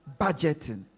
budgeting